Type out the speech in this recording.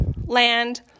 land